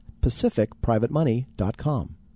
PacificPrivateMoney.com